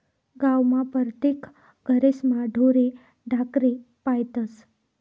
गावमा परतेक घरेस्मा ढोरे ढाकरे पायतस